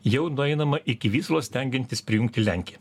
jau nueinama iki vyslos stengiantis prijungti lenkiją